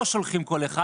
לא שולחים כל אחד.